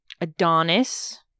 Adonis